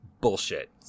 Bullshit